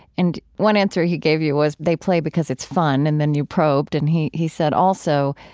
and one answer he gave you was, they play because it's fun. and then you probed. and he he said also,